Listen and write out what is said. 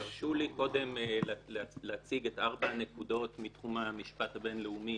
תרשו לי קודם להציג את ארבע הנקודות מתחום המשפט הבינלאומי,